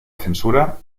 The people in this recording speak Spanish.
censura